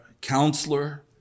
counselor